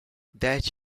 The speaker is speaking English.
that